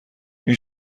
این